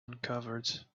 uncovered